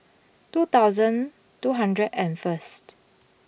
two thousand two hundred and first